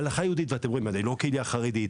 הלכה יהודית ואתם רואים אני לא קהילה חרדית,